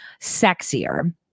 sexier